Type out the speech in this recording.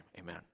amen